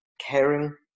caring